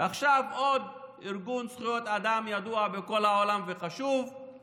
ועכשיו עוד ארגון זכויות אדם ידוע בכל העולם וחשוב,